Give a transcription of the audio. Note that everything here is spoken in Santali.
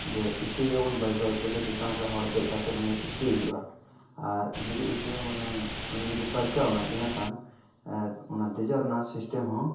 ᱡᱮ ᱤᱛᱩᱭᱮᱭᱟᱵᱚᱱ ᱵᱟᱹᱭ ᱵᱟᱹᱭᱛᱮ ᱡᱮ ᱪᱮᱛᱟᱱ ᱨᱮ ᱦᱚᱲ ᱫᱮᱡ ᱠᱟᱛᱮᱫ ᱩᱱᱤ ᱤᱛᱩᱭ ᱦᱩᱭᱩᱜᱼᱟ ᱟᱨ ᱡᱩᱫᱤ ᱤᱛᱩ ᱢᱟᱱᱮ ᱩᱱᱤ ᱡᱩᱫᱤ ᱯᱟᱹᱨᱠᱟᱹᱣ ᱮᱱᱟᱭ ᱤᱱᱟ ᱠᱷᱟᱱ ᱟᱨ ᱚᱱᱟ ᱫᱮᱡᱚᱜ ᱨᱮᱱᱟᱜ ᱥᱤᱥᱴᱮᱢ ᱦᱚᱸ